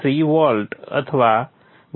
3 volt અથવા 1